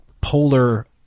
polar